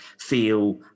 feel